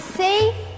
safe